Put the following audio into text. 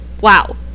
Wow